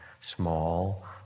small